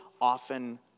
often